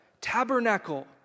tabernacle